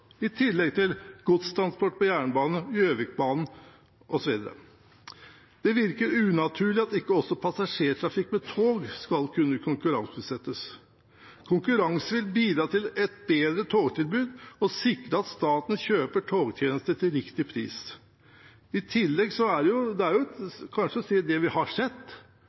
i tillegg til godstransport på jernbane, Gjøvikbanen osv. Det virker unaturlig at ikke også passasjertrafikk med tog skal kunne konkurranseutsettes. Konkurranse vil bidra til et bedre togtilbud og sikre at staten kjøper togtjenester til riktig pris. I tillegg